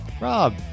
Rob